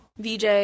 VJ